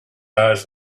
eye